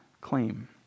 claim